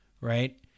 Right